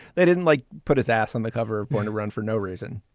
they didn't like put his ass on the cover of born to run for no reason